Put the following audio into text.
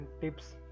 tips